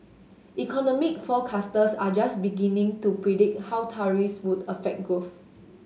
economic forecasters are just beginning to predict how tariffs would affect growth